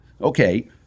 Okay